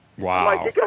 Wow